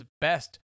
best